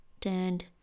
turned